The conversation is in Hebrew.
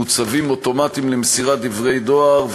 מוצבים אוטומטים למסירת דברי דואר,